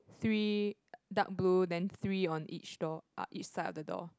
three dark blue then three on each door uh each side of the door